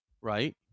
Right